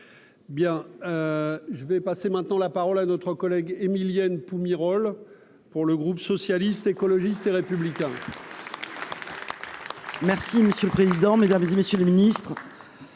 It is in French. bien. Je vais passer maintenant la parole à notre collègue Émilienne Myrhol pour le groupe socialiste, écologiste et républicain. Merci monsieur le président, Mesdames et messieurs les ministres,